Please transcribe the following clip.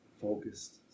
focused